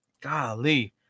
golly